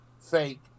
fake